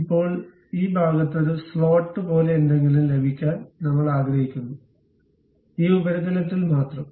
ഇപ്പോൾ ഈ ഭാഗത്ത് ഒരു സ്ലോട്ട് പോലെ എന്തെങ്കിലും ലഭിക്കാൻ നമ്മൾ ആഗ്രഹിക്കുന്നു ഈ ഉപരിതലത്തിൽ മാത്രം